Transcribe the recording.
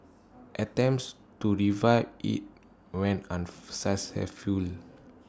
attempts to revive IT went unsuccessful